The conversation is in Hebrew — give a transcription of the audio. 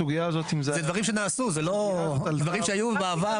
אלו דברים שנעשו, אלו דברים שנעשו בעבר.